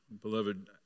Beloved